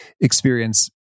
experience